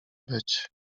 być